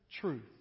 truth